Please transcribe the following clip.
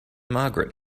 margaret